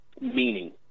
meaning